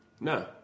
No